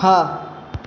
હા